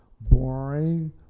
boring